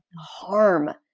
harm